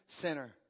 Center